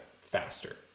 faster